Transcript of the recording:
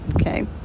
Okay